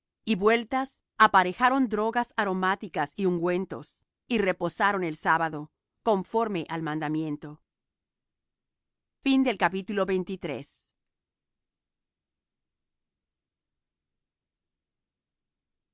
y vueltas aparejaron drogas aromáticas y ungüentos y reposaron el sábado conforme al mandamiento y